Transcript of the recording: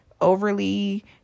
overly